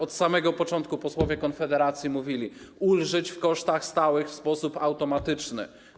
Od samego początku posłowie Konfederacji mówili: ulżyć w kosztach stałych w sposób automatyczny.